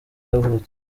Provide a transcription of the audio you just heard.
yavutse